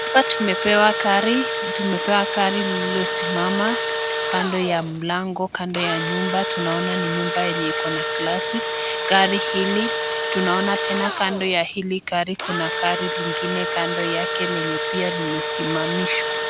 Hapa tumepewa gari, tumepewa gari lililosimama kando ya mlango, kando ya nyumba, tunaona ni nyumba yenye iko na glasi. Gari hili tunaona tena kando ya hili gari kuna gari lingine kando yake lenye pia limesimamishwa.